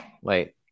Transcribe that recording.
Wait